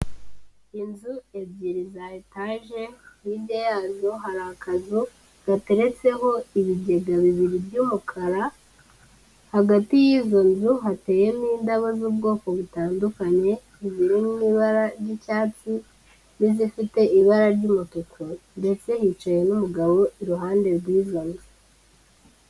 Inzu ebyiri za etaje, hirya yazo hari akazu gateretseho ibigega bibiri by'umukara, hagati y'izo nzu hateyemo indabo z'ubwoko butandukanye, iziri mu ibara ry'icyatsi n'izifite ibara ry'umutuku ndetse hicaye n'umugabo iruhande rw'izo nzu.